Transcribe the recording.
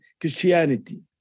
Christianity